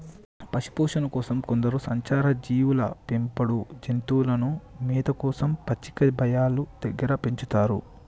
పశుపోషణ కోసం కొందరు సంచార జీవులు పెంపుడు జంతువులను మేత కోసం పచ్చిక బయళ్ళు దగ్గర పెంచుతారు